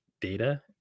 data